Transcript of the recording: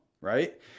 right